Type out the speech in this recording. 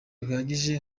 bihagije